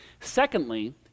Secondly